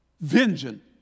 Vengeance